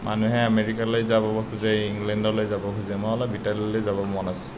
মানুহে আমেৰিকালৈ যাব খোজে ইংলেণ্ডলৈ যাব খোজে মই অলপ ইটালীলৈ যাব মন আছে